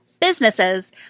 businesses